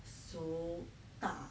so 大